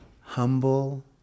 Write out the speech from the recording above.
humble